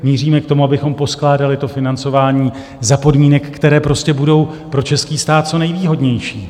Míříme k tomu, abychom poskládali financování za podmínek, které prostě budou pro český stát co nejvýhodnější.